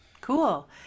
cool